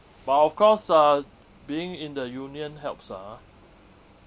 but of course uh being in the union helps ah ah